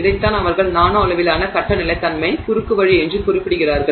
இதைத்தான் அவர்கள் நானோ அளவிலான கட்ட நிலைத்தன்மை குறுக்குவழி என்று குறிப்பிடுகிறார்கள்